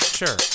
sure